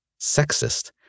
sexist